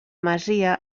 masia